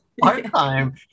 part-time